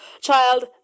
child